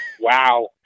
Wow